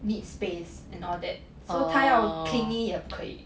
need space and all that so 她要 clingy 也不可以